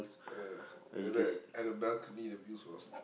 yeah and that at the balcony the views was